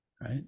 Right